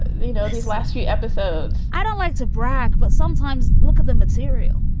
you know, these last few episodes. i don't like to brag, but sometimes look at the material